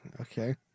Okay